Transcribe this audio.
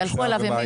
יהלכו עליו אימים.